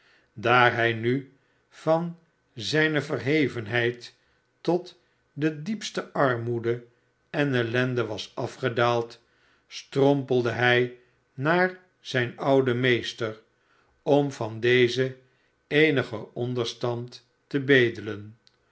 daar hij nu van zijne verhevenheid tot de diepste armoede en ellende was afgedaald strompelde hij naar zijn ouden meester om van dezen eenigen onderstand te bedelen